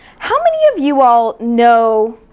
how many of you all know